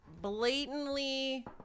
blatantly